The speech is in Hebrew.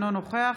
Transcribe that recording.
אינו נוכח